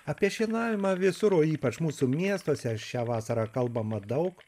apie šienavimą visur o ypač mūsų miestuose šią vasarą kalbama daug